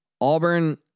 Auburn